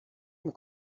نمی